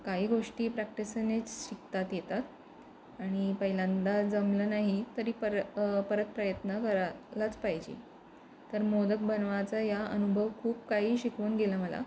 काही गोष्टी प्रॅक्टिसनेच शिकतात येतात आणि पहिल्यांदा जमलं नाही तरी पर परत प्रयत्न करायलाच पाहिजे तर मोदक बनवायचा या अनुभव खूप काही शिकवून गेलं मला